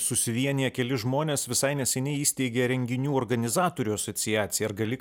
susivieniję keli žmonės visai neseniai įsteigė renginių organizatorių asociaciją ar gali